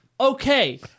Okay